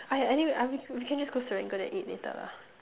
ah anyway we can just go Serangoon and eat later lah